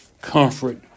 comfort